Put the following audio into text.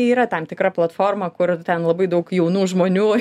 yra tam tikra platforma kur ten labai daug jaunų žmonių